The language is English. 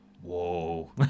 whoa